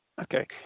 Okay